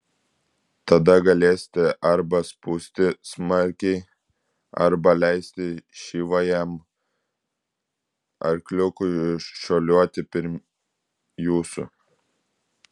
tada galėsite arba spausti smarkiai arba leisti šyvajam arkliukui šuoliuoti pirm jūsų